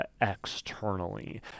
externally